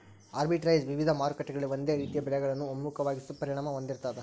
arbitrage ವಿವಿಧ ಮಾರುಕಟ್ಟೆಗಳಲ್ಲಿ ಒಂದೇ ರೀತಿಯ ಬೆಲೆಗಳನ್ನು ಒಮ್ಮುಖವಾಗಿಸೋ ಪರಿಣಾಮ ಹೊಂದಿರ್ತಾದ